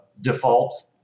default